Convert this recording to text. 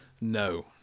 No